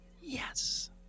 Yes